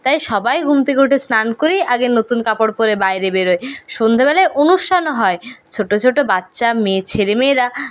তাই সবাই ঘুম থেকে উঠে স্নান করেই আগে নতুন কাপড় পরে বাইরে বেরোয় সন্ধেবেলায় অনুষ্ঠানও হয় ছোটো ছোটো বাচ্চা মেয়ে ছেলমেয়েরা